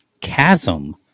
chasm